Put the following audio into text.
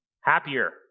happier